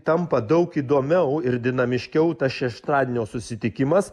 tampa daug įdomiau ir dinamiškiau tas šeštadienio susitikimas